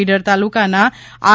ઈડર તાલુકાનાં આર